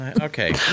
okay